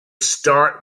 start